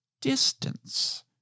Distance